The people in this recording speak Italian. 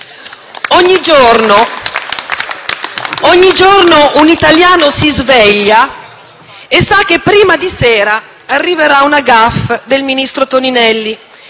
Ogni giorno un italiano si sveglia e sa che prima di sera arriverà una *gaffe* del ministro Toninelli.